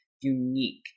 unique